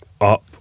up